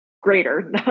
greater